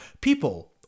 people